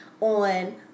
on